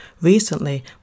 Recently